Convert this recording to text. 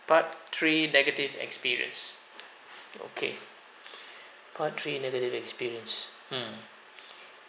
part three negative experience okay part three negative experience hmm